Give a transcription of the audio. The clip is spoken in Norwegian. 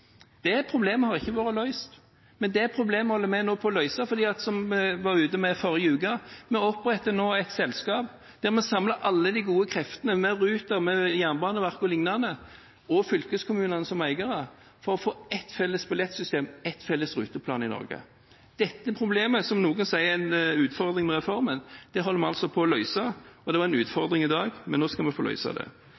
Det problemet har ikke vært løst, men det problemet holder vi nå på å løse, for som jeg var ute med i forrige uke: Vi oppretter nå et selskap der vi samler alle de gode kreftene, med Ruter, med Jernbaneverket og lignende – og fylkeskommunene som eiere – for å få ett felles billettsystem, én felles ruteplan i Norge. Dette problemet, som noen sier er en utfordring med reformen, holder vi altså på å løse – det var en utfordring der, men nå skal vi få